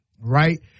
right